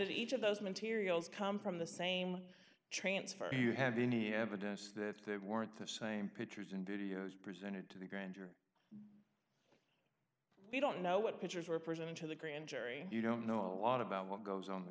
at each of those materials come from the same transfer you have any evidence that they weren't the same pictures and videos presented to the grand jury we don't know what pictures were presented to the grand jury you don't know a lot about what goes on the